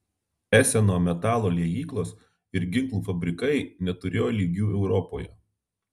eseno metalo liejyklos ir ginklų fabrikai neturėjo lygių europoje